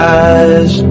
eyes